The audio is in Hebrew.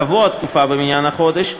תבוא התקופה במניין החודש,